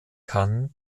cannes